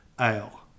Ale